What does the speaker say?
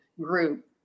group